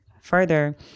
further